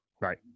right